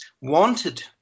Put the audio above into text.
wanted